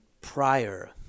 prior